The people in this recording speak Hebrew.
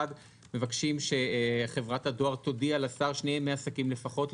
מבקשים שחברת הדואר תודיע לשר שני ימי עסקים לפחות לפני.